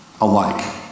alike